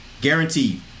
Guaranteed